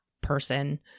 person